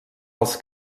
els